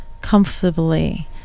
comfortably